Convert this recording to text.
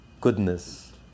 goodness